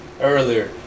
earlier